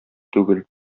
түгел